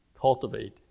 cultivate